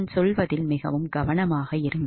நான் சொல்வதில் மிகவும் கவனமாக இருங்கள்